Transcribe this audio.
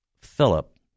Philip